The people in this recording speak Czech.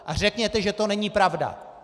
A řekněte, že to není pravda!